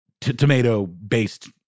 tomato-based